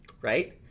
right